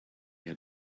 had